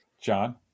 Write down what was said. john